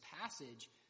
passage